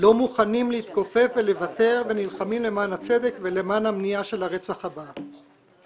לא מוכנים להתכופף ולוותר ונלחמים למען הצדק ולמען המניעה של הרצח הבא.